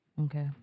Okay